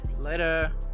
Later